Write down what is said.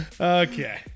Okay